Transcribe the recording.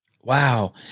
Wow